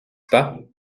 pas